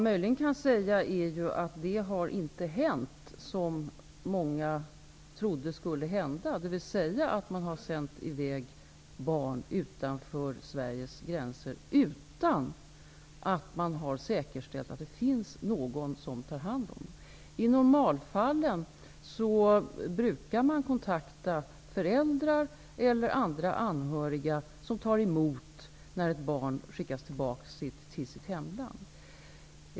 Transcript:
Möjligen kan man säga att det som många trodde skulle hända inte har hänt, dvs. att man har sänt i väg barn utanför Sveriges gränser utan att man har säkerställt att det finns någon som tar hand om det. I normalfallen brukar man kontakta föräldrar eller andra anhöriga som tar emot när ett barn skickas tillbaka till sitt hemland.